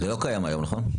זה לא קיים היום, נכון?